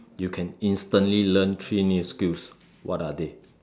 you can instantly learn three new skills what are they